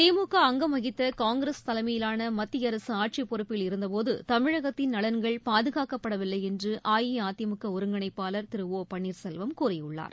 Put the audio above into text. திமுக அங்கம் வகித்த காங்கிரஸ் தலைமையிலான மத்திய அரசு ஆட்சிப் பொறுப்பில் இருந்த போது தமிழகத்தின் நலன்கள் பாதுகாக்கப்படவில்லை என்று அஇஅதிமுக ஒருங்கிணைப்பாளர் திரு பன்னீர்செல்வம் கூறியுள்ளார்